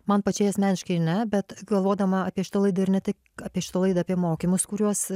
man pačiai asmeniškai ne bet galvodama apie šitą laidą ir ne tik apie šitą laidą apie mokymus kuriuos